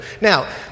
Now